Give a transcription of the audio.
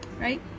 right